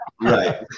Right